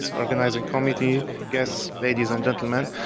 organizing committee, guests, ladies and gentlemen,